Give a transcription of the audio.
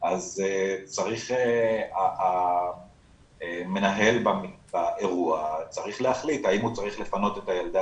אז צריך המנהל באירוע להחליט האם הוא צריך לפנות את הילדה